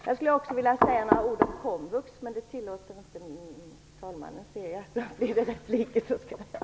Jag skulle också vilja säga några ord om komvux, men det tillåter inte talmannen.